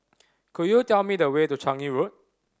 could you tell me the way to Changi Road